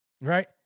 right